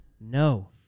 no